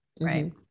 right